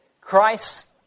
Christ